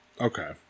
Okay